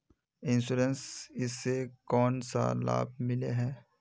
Insurance इस से कोन सा लाभ मिले है?